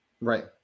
Right